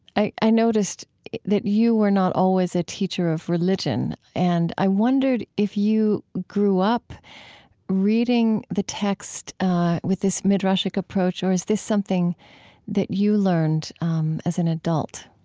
i i noticed that you were not always a teacher of religion and i wondered if you grew up reading the text with this midrashic approach or is this something that you learned um as an adult